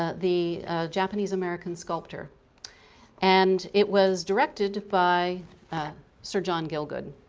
ah the japanese-american sculptor and it was directed by sir john guilgud.